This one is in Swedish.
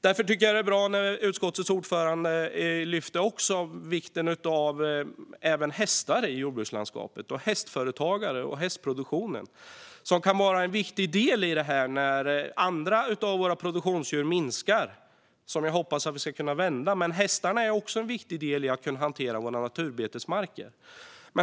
Därför tycker jag att det är bra när utskottets ordförande lyfter fram vikten av även hästar i jordbrukslandskapet och att även hästföretagare och hästproduktionen kan vara en viktig del i det här när andra av våra produktionsdjur minskar i antal, vilket är en utveckling som jag hoppas att vi ska kunna vända. Men hästarna är en viktig del i att kunna hantera våra naturbetesmarker.